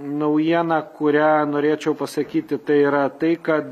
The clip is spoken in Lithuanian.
naujiena kurią norėčiau pasakyti tai yra tai kad